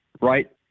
right